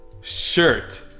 shirt